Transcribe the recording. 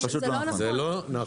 זה לא נכון.